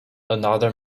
another